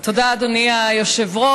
תודה, אדוני היושב-ראש.